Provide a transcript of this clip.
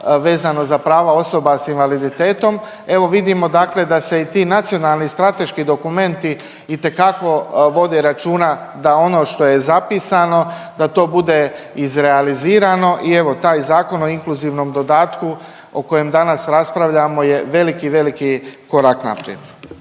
vezano za prava osoba sa invaliditetom. Evo vidimo, dakle da se i ti nacionalni, strateški dokumenti itekako vode računa da ono što je zapisano da to bude izrealiziranog. I evo taj Zakon o inkluzivnom dodatku o kojem danas raspravljamo je veliki, veliki korak naprijed.